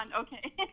okay